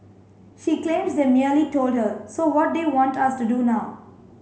she claims they merely told her so what they want us to do now